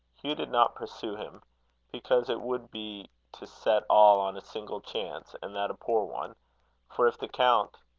hugh did not pursue him because it would be to set all on a single chance, and that a poor one for if the count,